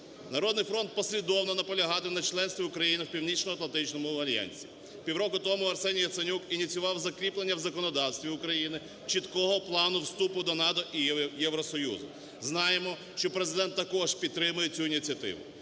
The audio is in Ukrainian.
"Народний фронт" послідовно наполягати на членстві України в Північноатлантичному альянсі. Півроку тому Арсеній Яценюк ініціював закріплення в законодавстві України чіткого плану вступу до НАТО і Євросоюзу. Знаємо, що Президент також підтримує цю ініціативу.